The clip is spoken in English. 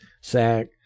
sack